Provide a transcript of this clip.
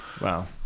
Wow